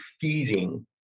feeding